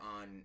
on